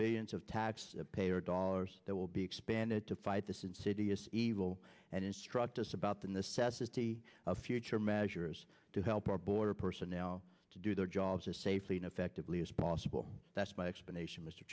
billions of tax payer dollars that will be expanded to fight this insidious evil and instr just about the necessity of future measures to help our border personnel to do their jobs as safely and effectively as possible that's my explanation mr